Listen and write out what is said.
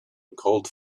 called